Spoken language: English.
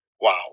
Wow